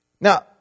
Now